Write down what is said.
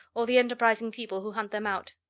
or the enterprising people who hunt them out.